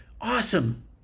Awesome